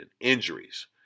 injuries